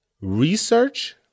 Research